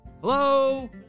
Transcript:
hello